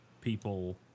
people